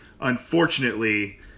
Unfortunately